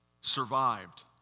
survived